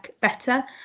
better